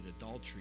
adultery